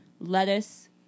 lettuce